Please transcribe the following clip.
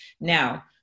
Now